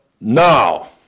Now